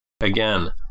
Again